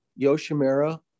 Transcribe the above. Yoshimura